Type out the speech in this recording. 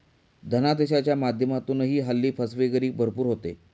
धनादेशाच्या माध्यमातूनही हल्ली फसवेगिरी भरपूर होते